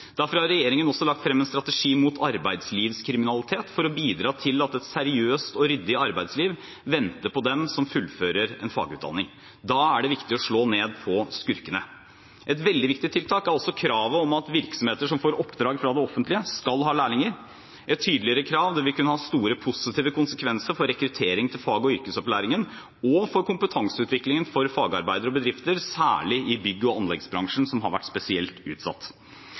Derfor har regjeringen også lagt frem en strategi mot arbeidslivskriminalitet, for å bidra til at et seriøst og ryddig arbeidsliv venter på dem som fullfører en fagutdanning. Da er det viktig å slå ned på skurkene. Et veldig viktig tiltak er også kravet om at virksomheter som får oppdrag fra det offentlige, skal ha lærlinger. Et tydeligere krav vil kunne ha store positive konsekvenser for rekruttering til fag- og yrkesopplæringen og for kompetanseutviklingen for fagarbeidere og bedrifter, særlig i bygg- og anleggsbransjen, som har vært spesielt utsatt.